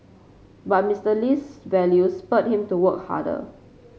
but Mister Lee's values spurred him to work harder